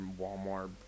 Walmart